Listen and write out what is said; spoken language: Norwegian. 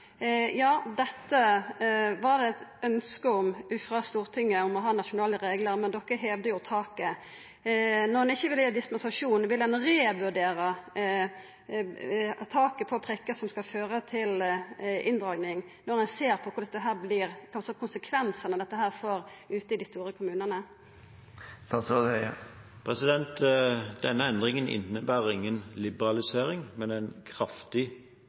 taket. Når ein ikkje vil gi dispensasjon, vil ein revurdera taket på talet prikkar som skal føra til inndraging når ein ser kva for konsekvensar dette får ute i dei store kommunane? Denne endringen innebærer ingen liberalisering, men en kraftig